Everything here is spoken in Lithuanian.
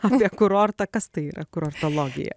apie kurortą kas tai yra kurortologija